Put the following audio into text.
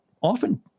often